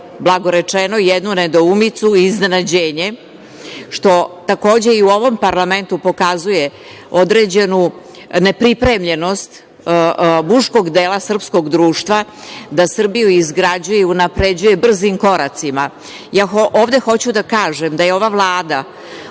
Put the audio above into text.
blago rečeno jednu nedoumici i iznenađenje što takođe i u ovom parlamentu pokazuje određenu nepripremljenost muškog dela srpskog društva da Srbiju izgrađuje i unapređuje brzim koracima. Ovde hoću da kažem da je ova Vlada